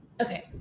okay